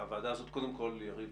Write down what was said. קודם כול, יריב